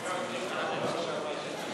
עטאונה.